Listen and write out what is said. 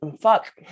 fuck